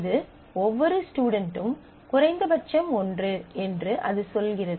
இது ஒவ்வொரு ஸ்டுடென்ட்டும் குறைந்தபட்சம் ஒன்று என்று அது சொல்கிறது